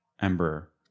Ember